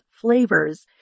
flavors